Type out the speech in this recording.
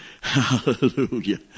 Hallelujah